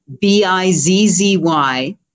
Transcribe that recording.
B-I-Z-Z-Y